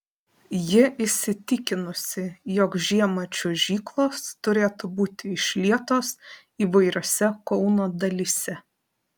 ji įsitikinusi jog žiemą čiuožyklos turėtų būti išlietos įvairiose kauno dalyse